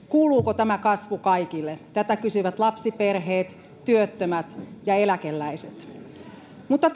kuuluuko tämä kasvu kaikille tätä kysyvät lapsiperheet työttömät ja eläkeläiset mutta